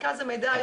מרכז המידע,